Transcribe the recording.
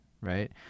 right